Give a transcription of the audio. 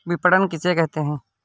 विपणन किसे कहते हैं?